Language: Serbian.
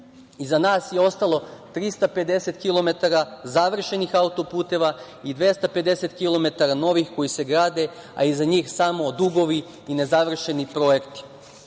Iza nas je ostalo 350 kilometara završenih autoputeva i 250 kilometara novih koji se rade, a iza njih samo dugovi i nezavršeni projekti. Zbog